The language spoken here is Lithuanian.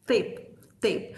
taip taip